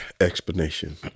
explanation